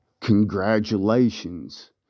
Congratulations